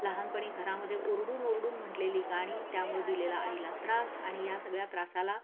लहानपणी घरामध्ये ओरडून ओरडून म्हटलेली गाणी त्यामुळं दिलेला आईला त्रास आणि या सगळ्या त्रासाला